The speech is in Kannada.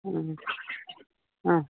ಹ್ಞೂ ಹಾಂ